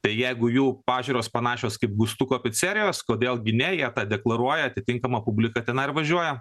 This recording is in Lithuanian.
tai jeigu jų pažiūros panašios kaip gustuko picerijos kodėl gi ne jie tą deklaruoja atitinkama publika tenai ir važiuoja